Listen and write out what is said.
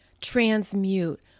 transmute